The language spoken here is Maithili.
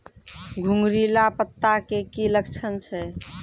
घुंगरीला पत्ता के की लक्छण छै?